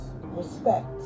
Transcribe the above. respect